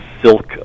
silk